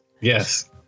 yes